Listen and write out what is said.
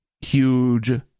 huge